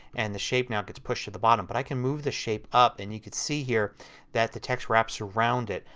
and the shape now gets pushed to the bottom. but i can move the shape up and you can see here that the text wraps around it.